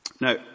Now